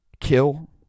kill